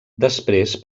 després